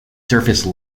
surface